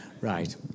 Right